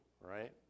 right